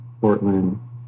Portland